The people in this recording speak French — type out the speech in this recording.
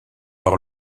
par